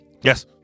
yes